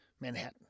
Manhattan